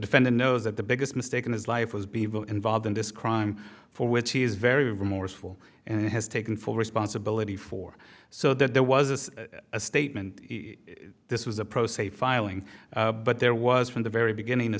defendant knows that the biggest mistake in his life was be involved in this crime for which he is very remorseful and has taken full responsibility for so that there was a statement this was a pro se filing but there was from the very beginning a